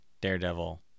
daredevil